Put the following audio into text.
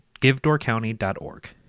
givedoorcounty.org